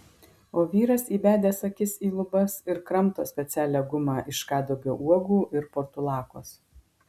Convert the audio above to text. o vyras įbedęs akis į lubas ir kramto specialią gumą iš kadagio uogų ir portulakos